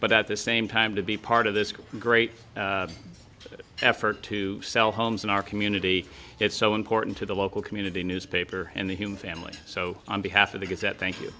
but at the same time to be part of this great effort to sell homes in our community it's so important to the local community newspaper and the human family so on behalf of the good said thank you